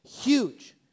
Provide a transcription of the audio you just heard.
Huge